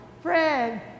Fred